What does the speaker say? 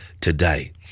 today